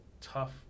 tough